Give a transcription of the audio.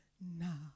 now